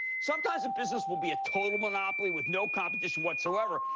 sometimes a business would be a total monopoly with no competition whatsoever,